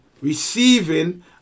receiving